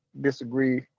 disagree